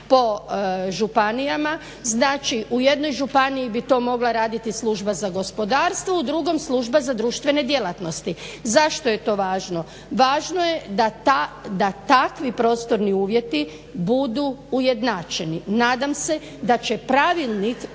po županijama. Znači u jednoj županiji bi to mogla raditi Služba za gospodarstvo u drugom Služba za društvene djelatnosti. Zašto je to važno? Važno je da takvi prostorni uvjeti budu ujednačeni. Nadam se da će pravilnik